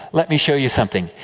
let me show you something.